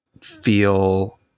feel